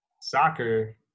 soccer